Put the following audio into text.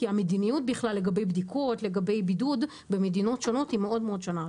כי המדיניות לגבי בדיקות ולגבי בידוד במדינות שונות מאוד מאוד שונה.